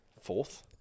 Fourth